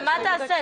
ומה יעשו,